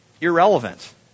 irrelevant